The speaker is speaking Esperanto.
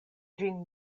ĝin